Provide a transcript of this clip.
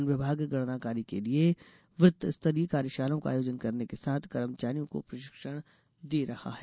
one विभाग गणना कार्य के लिये वृत्त स्तरीय कार्यशालाओं का आयोजन करने के साथ कर्मचारियों को प्रशिक्षण दे रहा है